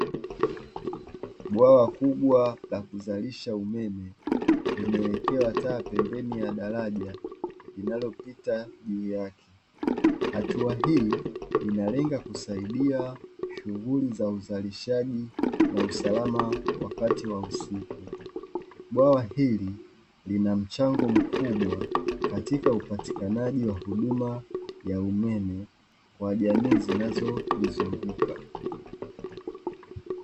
Bwawa kubwa la kuzalisha umeme, limewekewa taa pembeni ya daraja linalopita juu yake. Hatua hii inalenga kusaidia shughuli za uzalishaji na usalama wakati wa usiku. Bwawa hili lina mchango mkubwa katika upatikanaji wa huduma ya umeme kwa jamii zinazolizunguka.